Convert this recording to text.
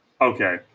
Okay